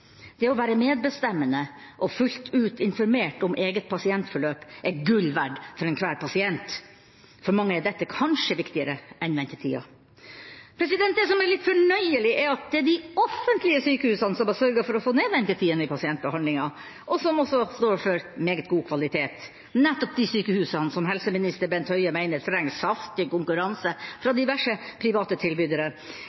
Det å være medbestemmende og fullt ut informert om eget behandlingsforløp er gull verdt for enhver pasient. For mange er dette kanskje viktigere enn ventetida. Det som er litt fornøyelig, er at det er de offentlige sykehusene som har sørget for å få ned ventetidene i pasientbehandlinga, og som også står for meget god kvalitet – nettopp de sykehusene som helseminister Bent Høie mener trenger saftig konkurranse fra